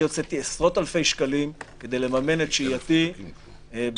אני הוצאתי עשרות אלפי שקלים כדי לממן את שהייתי בברוקלין.